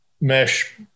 mesh